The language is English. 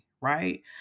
right